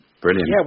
brilliant